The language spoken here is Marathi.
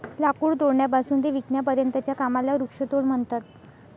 लाकूड तोडण्यापासून ते विकण्यापर्यंतच्या कामाला वृक्षतोड म्हणतात